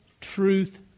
truth